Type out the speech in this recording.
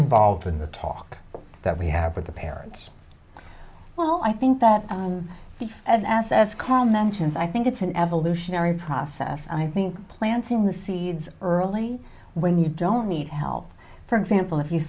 involved in the talk that we have with the parents well i think that if an ass as karl mentions i think it's an evolutionary process i think planting the seeds early when you don't need help for example if you